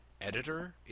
editor